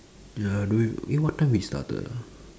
ya I do it eh what time we started ah